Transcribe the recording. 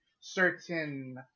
certain